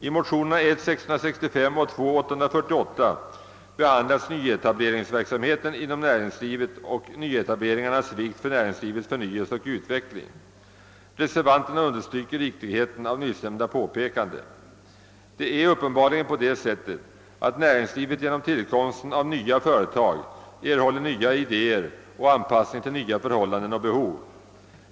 I motionerna I:665 och II: 848 behandlas nyetableringsverksamheten inom näringslivet och dess betydelse för näringslivets förnyelse och utveckling. Reservanterna understryker riktigheten av dessa påpekanden. Det är uppenbarligen på det sättet, att näringslivet genom tillkomsten av nya företag erhåller nya idéer och kan anpassa sig till nya förhållanden och behov.